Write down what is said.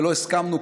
ולא הסכמנו,